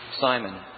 Simon